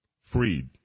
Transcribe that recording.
freed